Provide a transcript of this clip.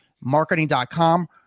marketing.com